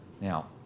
Now